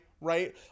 right